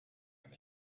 him